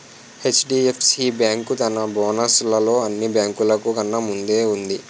HDFC bank తన bonus లలో అన్ని బేంకులు కన్నా ముందు వుంది